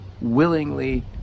willingly